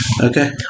Okay